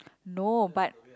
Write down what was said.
no but